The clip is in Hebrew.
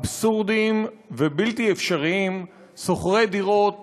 אבסורדיים ובלתי אפשריים שוכרי דירות